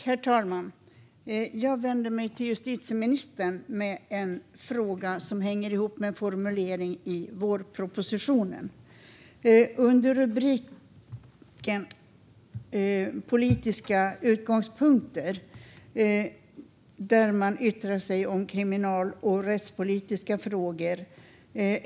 Herr talman! Jag vänder mig till justitieministern med en fråga som hänger ihop med en formulering i vårpropositionen. Under rubriken Politiska utgångspunkter yttrar man sig om kriminal och rättspolitiska frågor.